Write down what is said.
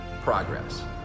progress